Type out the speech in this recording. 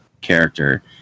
character